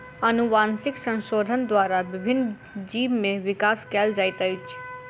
अनुवांशिक संशोधन द्वारा विभिन्न जीव में विकास कयल जाइत अछि